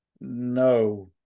No